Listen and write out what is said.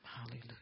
hallelujah